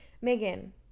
Megan